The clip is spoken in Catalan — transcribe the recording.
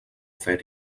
fer